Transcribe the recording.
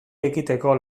ekiteko